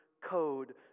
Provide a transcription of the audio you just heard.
code